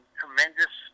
tremendous